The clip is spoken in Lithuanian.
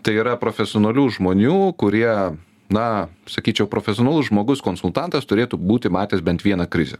tai yra profesionalių žmonių kurie na sakyčiau profesionalus žmogus konsultantas turėtų būti matęs bent vieną krizę